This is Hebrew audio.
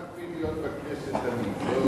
השר מקפיד להיות בכנסת תמיד.